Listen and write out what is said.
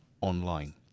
online